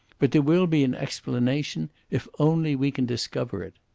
but there will be an explanation if only we can discover it.